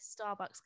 Starbucks